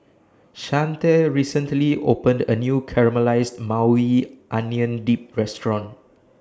Shante recently opened A New Caramelized Maui Onion Dip Restaurant